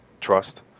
trust